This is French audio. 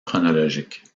chronologique